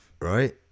Right